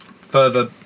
further